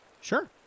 Sure